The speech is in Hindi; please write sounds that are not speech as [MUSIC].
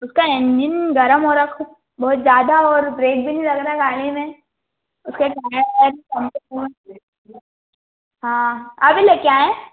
उसका एंजिन गर्म हो रा खुब बहुत ज़्यादा और ब्रेक भी नहीं लग रहा गाड़ी में उसके [UNINTELLIGIBLE] हाँ अभी ले कर आएँ